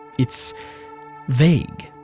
it's vague,